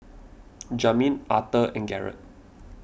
Jamin Authur and Garett